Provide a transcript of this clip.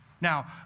Now